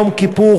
יום כיפור,